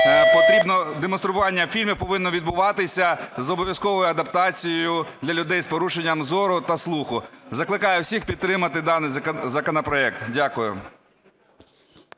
демонстрування фільмів повинно відбуватися з обов'язковою адаптацією для людей з порушенням зору та слуху. Закликаю всіх підтримати даний законопроект. Дякую.